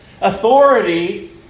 Authority